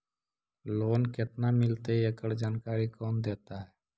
Loan केत्ना मिलतई एकड़ जानकारी कौन देता है?